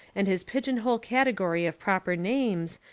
and his pigeon-hole category of proper names,